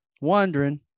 wondering